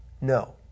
No